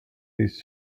these